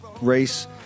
race